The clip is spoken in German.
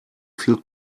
viel